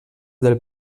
del